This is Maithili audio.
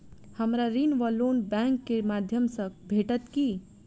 हमरा ऋण वा लोन बैंक केँ माध्यम सँ भेटत की?